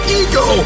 ego